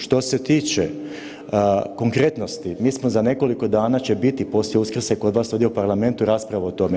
Što se tiče konkretnosti, mi smo za nekoliko dana će biti poslije Uskrsa i kod vas ovdje u parlamentu rasprava o tome.